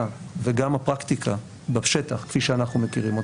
וגם הפרקטיקה בשטח כפי שאנחנו מכירים אותה,